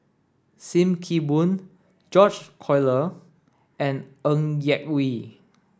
Sim Kee Boon George Collyer and Ng Yak Whee